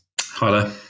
Hello